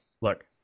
look